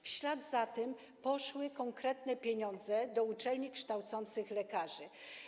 W ślad za tym poszły konkretne pieniądze dla uczelni kształcących lekarzy.